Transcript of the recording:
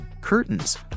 curtains